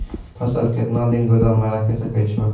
फसल केतना दिन गोदाम मे राखै सकै छौ?